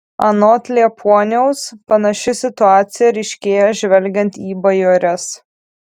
anot liepuoniaus panaši situacija ryškėja žvelgiant į bajores